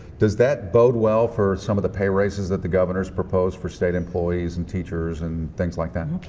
does that bode well for some of the pay raises that the governor has proposed for state employees and teachers and things like that?